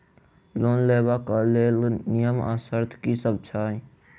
Loan लेबऽ कऽ लेल नियम आ शर्त की सब छई?